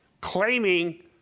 claiming